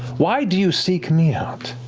why do you seek me out?